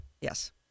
yes